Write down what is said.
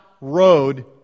road